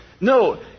No